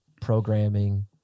programming